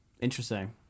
Interesting